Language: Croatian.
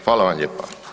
Hvala vam lijepa.